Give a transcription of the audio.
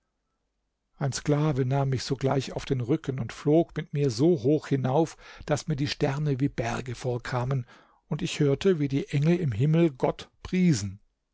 ein sklave nahm mich sogleich auf den rücken und flog mit mir so hoch hinauf daß mir die sterne wie berge vorkamen und ich hörte wie die engel im himmel gott priesen